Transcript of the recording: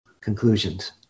conclusions